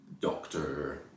doctor